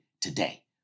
today